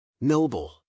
noble